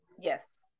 Yes